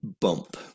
bump